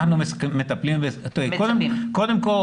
קודם כל,